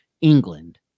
England